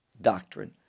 doctrine